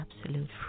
absolute